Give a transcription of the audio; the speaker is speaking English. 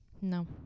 no